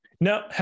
Now